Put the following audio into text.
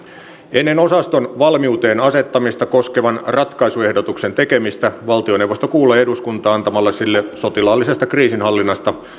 ennen osaston valmiuteen asettamista koskevan ratkaisuehdotuksen tekemistä valtioneuvosto kuulee eduskuntaa antamalla sille sotilaallisesta kriisinhallinnasta